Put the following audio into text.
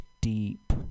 deep